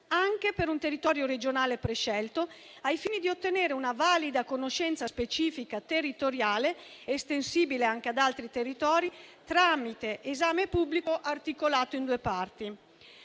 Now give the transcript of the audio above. anche per un territorio regionale prescelto, al fine di ottenere una valida conoscenza specifica territoriale estensibile anche ad altri territori, tramite esame pubblico articolato in due parti;